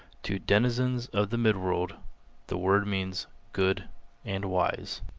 to denizens of the midworld the word means good and wise.